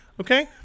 Okay